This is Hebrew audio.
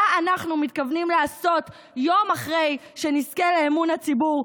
אנחנו מתכוונים לעשות יום אחרי שנזכה לאמון הציבור,